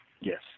yes